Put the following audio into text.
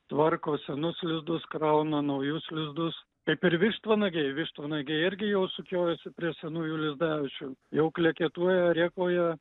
tvarko senus lizdus krauna naujus lizdus kaip ir vištvanagiai vištvanagiai irgi jau sukiojasi prie senųjų lizdaviečių jau kleketuoja rėkauja